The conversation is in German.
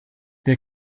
der